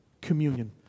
communion